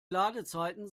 ladezeiten